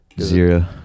zero